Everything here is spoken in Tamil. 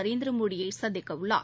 நரேந்திர மோடியை சந்திக்க உள்ளார்